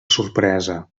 sorpresa